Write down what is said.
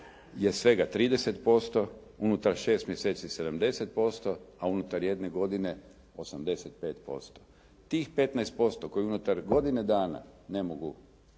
je svega 30%. Unutar 6 mjeseci 70%, a u unutar jedne godine 85%. Tih 15% koji unutar godine dana ne mogu